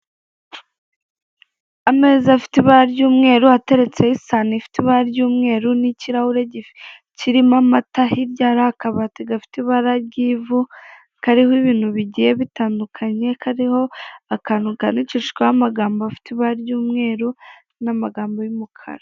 Ameza afite ibara ry'umweru, ateretseho isahani ifite ibara ry'umweru, n'ikirahure kirimo amata, hirya hari akabati gafite ibara ry'ivu, kariho ibintu bigiye bitandukanye, kariho akantu kandikishijweho amagambo afite ibara ry'umweru, n'amagambo y'umukara.